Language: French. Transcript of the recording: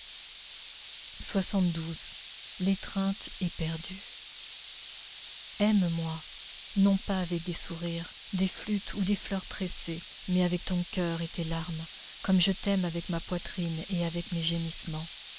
l'étreinte éperdue aime-moi non pas avec des sourires des flûtes ou des fleurs tressées mais avec ton coeur et tes larmes comme je t'aime avec ma poitrine et avec mes gémissements